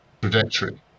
trajectory